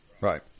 Right